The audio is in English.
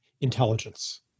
intelligence